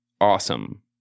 awesome